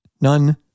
None